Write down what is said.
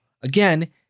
Again